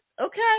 okay